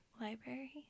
library